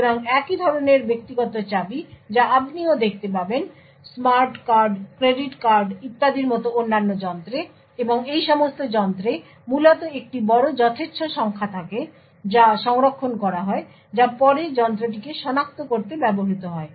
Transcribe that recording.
সুতরাং একই ধরণের ব্যক্তিগত চাবি যা আপনিও দেখতে পাবেন স্মার্ট কার্ড ক্রেডিট কার্ড ইত্যাদির মতো অন্যান্য যন্ত্রে এবং এই সমস্ত যন্ত্রে মূলত একটি বড় যথেচ্ছ সংখ্যা থাকে যা সংরক্ষণ করা হয় যা পরে যন্ত্রটিকে সনাক্ত করতে ব্যবহৃত হয়